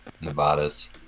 Nevadas